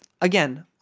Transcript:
again